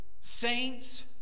saints